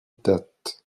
date